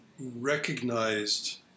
recognized